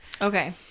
Okay